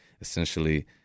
essentially